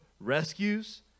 rescues